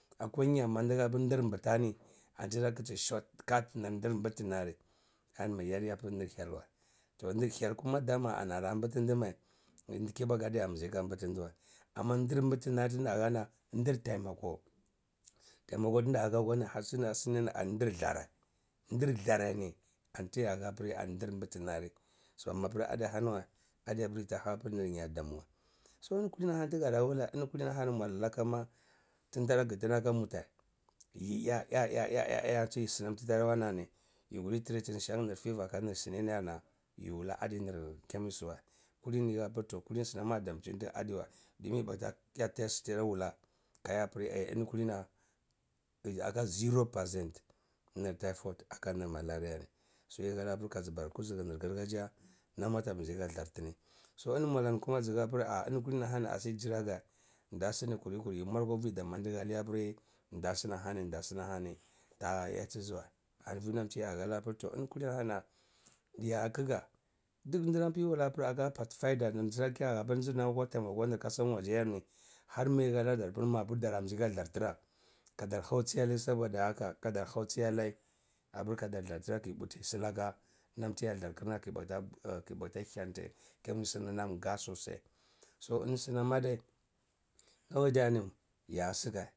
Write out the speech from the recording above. Akwa-nya madi hapir ndirbitah ni, anitidar kti shortcut nir ndirbitali narri adi apir nir hyel wa. Toh nir hyel kuma dama ani ah mbiti ndi mai. ndi kibaku adi ah mizi mbiti diwa, amma ndir mbiti nan tida ndeh handa, ntir taimako taimako tinda hani ani ndir zlara, dir zlara ni anti ya hapir ani ndir bitinari so mapir ani haniwa adi appir yita hanar nya damawa. So eni kulini hani tigada wuleh eni kulini hani mwala laka ma tin tara ngdi tini aka muteh yi yea yea ye ye ma sinam tara wanani yi kurti treat tini shan nir fever aka saniyarni, yi wuleh adi nir… chemist wa kulini ti hapir toh sinam ah damchitini aduwa dimin yi bata ya test tiyar wuleh kayapir eh eni kulini ah aka 0% nir typhoid aka nir malaria ni. So yi halar kazi bara kuzugu gargajiya fiya nam atah mizi ka ndartini. So eni mwala ni kuma zhapir ah eni kulini hani aseh jiraga, nda sani kuti kur yi mwar kwa vidamwa dihani apir da sani hani da sani hani ah yatiziwa ani tsu lamti ya halari adiya yati jiwa ya-kga duk dinam ti wulah aka paida dinam tailmako nir kasan waje yar ni, har mi hanadar apir ma pir dara mizi ka dar zlartira ka dar hausi alai soboda haka ka dar hausi alai ki putisitaka nam tiya zlarkirna ki ki bata hemti chemist nam ga sosai so eni sinam adai, kawai dai ya sika.